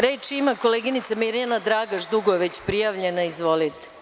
Reč ima koleginica Mirjana Dragaš, dugo je već prijavljena, izvolite.